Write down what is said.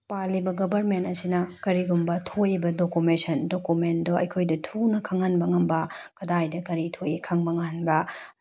ꯄꯥꯜꯂꯤꯕ ꯒꯚꯔꯃꯦꯟꯠ ꯑꯁꯤꯅ ꯀꯔꯤꯒꯨꯝꯕ ꯊꯣꯛꯏꯕ ꯗꯣꯀꯨꯃꯦꯁꯟ ꯗꯣꯀꯨꯃꯦꯟꯗꯣ ꯑꯩꯈꯣꯏꯗ ꯊꯨꯅ ꯈꯪꯍꯟꯕ ꯉꯝꯕ ꯀꯗꯥꯏꯗ ꯀꯔꯤ ꯊꯣꯛꯏ ꯈꯪꯕ ꯉꯝꯍꯟꯕ